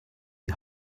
die